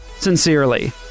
sincerely